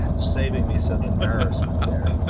saving me some embarrassment there.